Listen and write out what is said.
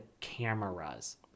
cameras